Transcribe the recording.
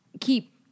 keep